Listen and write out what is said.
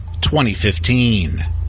2015